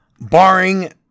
barring